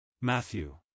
Matthew